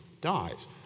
dies